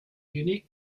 unique